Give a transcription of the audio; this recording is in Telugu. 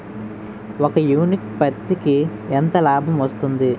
ఒక యూనిట్ పత్తికి ఎంత లాభం వస్తుంది?